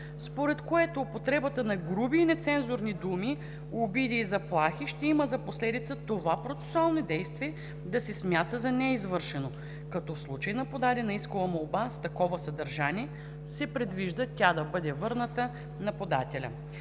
според което употребата на груби и нецензурни думи, обиди и заплахи ще има за последица това процесуално действие да се смята за неизвършено, като в случай на подадена искова молба с такова съдържание се предвижда тя да бъде върната на подателя.